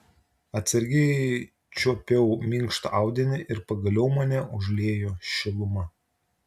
atsargiai čiuopiau minkštą audinį ir pagaliau mane užliejo šiluma